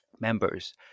members